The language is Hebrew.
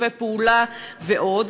שיתופי פעולה ועוד.